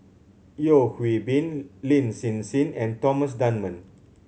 Yeo Hwee Bin Lin Hsin Hsin and Thomas Dunman